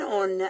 on